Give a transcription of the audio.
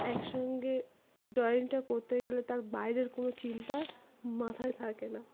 একসঙ্গে ড্রয়িংটা করতে গেলে তার বাইরের কোনো চিন্তা মাথায় থাকে না